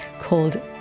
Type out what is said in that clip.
called